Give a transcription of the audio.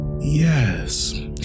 Yes